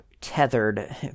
tethered